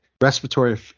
respiratory